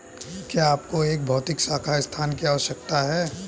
क्या आपको एक भौतिक शाखा स्थान की आवश्यकता है?